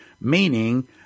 meaning